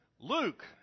Luke